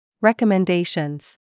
Recommendations